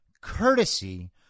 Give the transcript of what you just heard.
courtesy